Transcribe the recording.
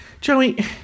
Joey